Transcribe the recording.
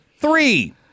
Three